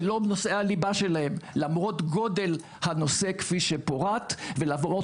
זה לא נושא הליבה שלהם למרות גודל הנושא כפי שפורט ולמרות